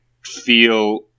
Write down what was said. feel